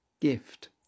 Gift